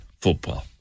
football